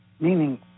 meaning